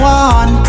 one